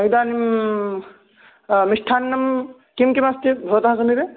इदानीं मिष्टान्नं किं किमस्ति भवतः सविधे